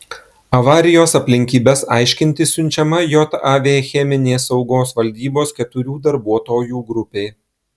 avarijos aplinkybes aiškintis siunčiama jav cheminės saugos valdybos keturių darbuotojų grupė